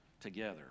together